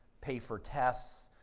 pay for tests,